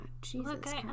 Jesus